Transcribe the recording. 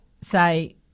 say